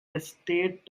estate